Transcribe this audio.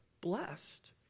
blessed